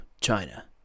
China